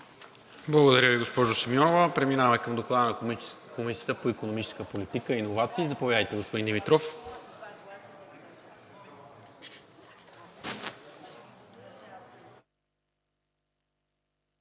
Благодаря Ви, госпожо Симеонова. Преминаваме към Доклада на Комисията по икономическа политика и иновации – заповядайте, господин Димитров.